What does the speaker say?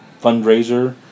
fundraiser